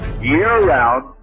year-round